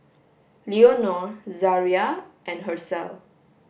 Leonore Zaria and Hershell